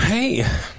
Hey